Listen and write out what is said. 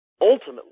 ultimately